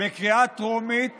בקריאה טרומית